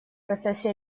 процессе